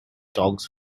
dogs